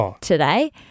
today